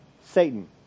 Satan